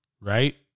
right